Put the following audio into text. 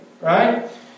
right